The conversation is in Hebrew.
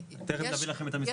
תכף נביא לכם את המספרים.